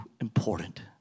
important